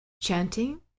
chanting